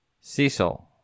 Cecil